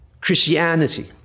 Christianity